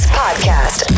podcast